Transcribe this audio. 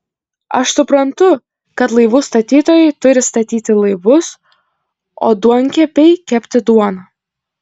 aš suprantu kad laivų statytojai turi statyti laivus o duonkepiai kepti duoną